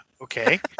Okay